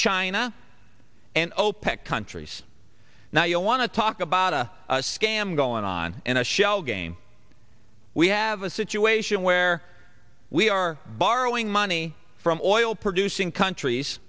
china and opec countries now you want to talk about a scam going on in a shell game we have a situation where we are borrowing money from oil producing countries